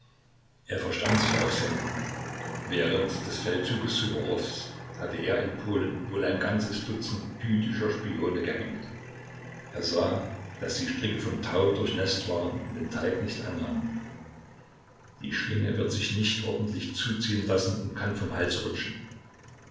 er verstand sich aufs hängen während des feldzuges ssuworows hatte er in polen wohl ein ganzes dutzend jüdischer spione gehängt er sah daß die stricke vom tau durchnäßt waren und den talg nicht annahmen die schlinge wird sich nicht ordentlich zuziehen lassen und kann vom halse rutschen